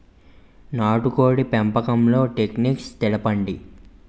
నాటుకోడ్ల పెంపకంలో టెక్నిక్స్ తెలుపండి?